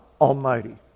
almighty